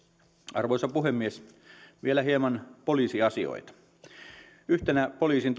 arvoisa puhemies vielä hieman poliisiasioita yhtenä poliisin